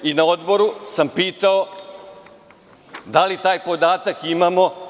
I na Odboru sam pitao - da li taj podatak imamo?